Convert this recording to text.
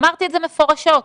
אמרתי מפורשות.